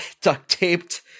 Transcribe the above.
duct-taped